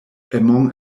among